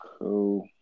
Cool